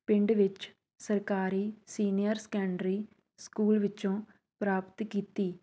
ਪਿੰਡ ਵਿੱਚ ਸਰਕਾਰੀ ਸੀਨੀਅਰ ਸੰਕੈਡਰੀ ਸਕੂਲ ਵਿੱਚੋਂ ਪ੍ਰਾਪਤ ਕੀਤੀ